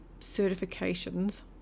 certifications